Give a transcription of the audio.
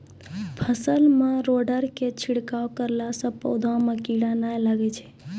फसल मे रोगऽर के छिड़काव करला से पौधा मे कीड़ा नैय लागै छै?